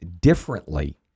differently